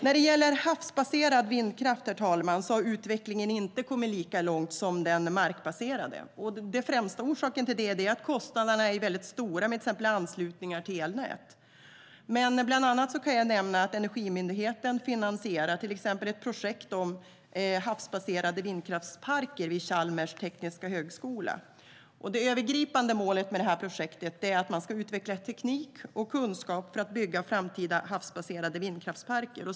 När det gäller havsbaserad vindkraft, herr talman, har utvecklingen inte kommit lika långt som för den markbaserade. Den främsta orsaken till det är att kostnaderna är väldigt stora för till exempel anslutningar till elnät. Men jag kan bland annat nämna att Energimyndigheten finansierar ett projekt vid Chalmers tekniska högskola om havsbaserade vindkraftsparker. Det övergripande målet med projektet är att utveckla teknik och kunskap för att bygga framtida havsbaserade vindkraftsparker.